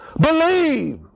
Believe